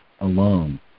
alone